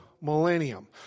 millennium